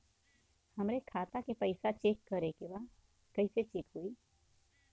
हमरे खाता के पैसा चेक करें बा कैसे चेक होई?